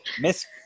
Miss